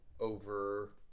Over